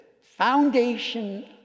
foundation